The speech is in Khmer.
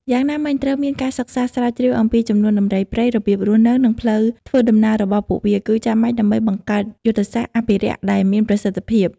យ៉ាងណាមិញត្រូវមានការសិក្សាស្រាវជ្រាវអំពីចំនួនដំរីព្រៃ របៀបរស់នៅ និងផ្លូវធ្វើដំណើររបស់ពួកវា គឺចាំបាច់ដើម្បីបង្កើតយុទ្ធសាស្ត្រអភិរក្សដែលមានប្រសិទ្ធភាព។